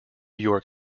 york